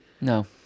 No